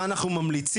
מה אנחנו ממליצים?